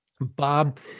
bob